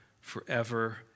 forever